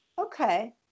okay